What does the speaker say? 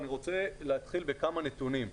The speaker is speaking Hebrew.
אני רוצה להתחיל בכמה נתונים.